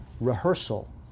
rehearsal